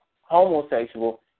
homosexual